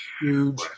huge